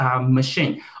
machine